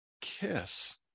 kiss